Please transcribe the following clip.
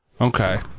okay